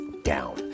down